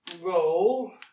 roll